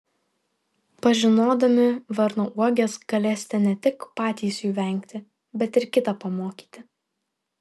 pažinodami varnauoges galėsite ne tik patys jų vengti bet ir kitą pamokyti